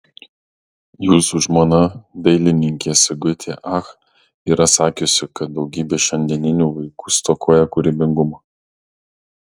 jūsų žmona dailininkė sigutė ach yra sakiusi kad daugybė šiandieninių vaikų stokoja kūrybingumo